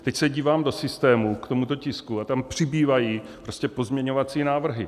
Teď se dívám do systému k tomuto tisku a tam přibývají pozměňovací návrhy.